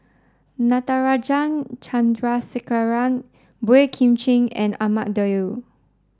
Natarajan Chandrasekaran Boey Kim Cheng and Ahmad Daud